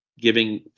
giving